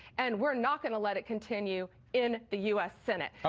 and we are not going to let it continue in the u s. senate. ah